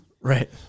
right